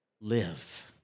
live